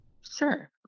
Sure